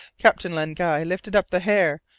captain len guy lifted up the hair,